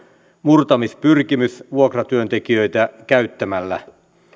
murtamispyrkimys vuokratyöntekijöitä käyttämällä